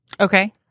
Okay